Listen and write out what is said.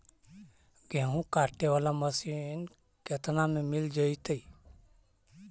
गेहूं काटे बाला मशीन केतना में मिल जइतै?